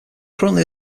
currently